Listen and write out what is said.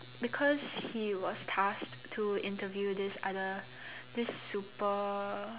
because he was tasked to interview this other this super